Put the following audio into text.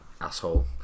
Asshole